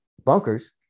Bunkers